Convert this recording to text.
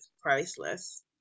priceless